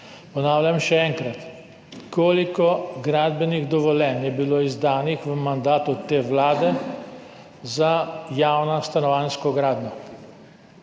Ponavljam še enkrat. Koliko gradbenih dovoljenj je bilo izdanih v mandatu te vlade za javno stanovanjsko gradnjo?